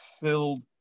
filled